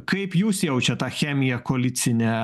kaip jūs jaučiat tą chemiją koalicinę